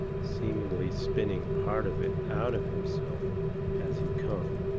seemingly spinning part of it out of himself as he come,